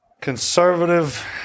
conservative